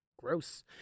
Gross